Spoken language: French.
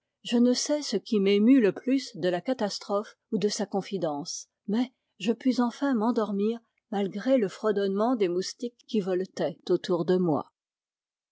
je ne sais ce qui m'émut le plus de la catastrophe ou de sa confidence mais je pus enfin m'endormir malgré le fredonnement des moustiques qui voletaient autour de moi